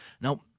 Now